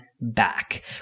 back